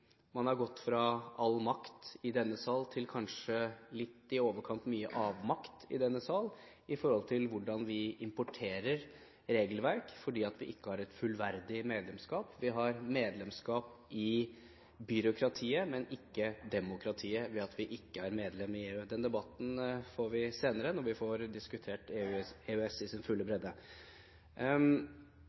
Man har gått fra all makt i denne sal til kanskje litt i overkant mye avmakt i denne sal med hensyn til hvordan vi importerer regelverk, fordi vi ikke har et fullverdig medlemskap. Vi har medlemskap i byråkratiet, men ikke i demokratiet, ved at vi ikke er medlem i EU. Den debatten får vi senere, når vi skal diskutere EØS i sin fulle bredde.